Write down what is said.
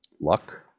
luck